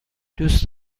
دوست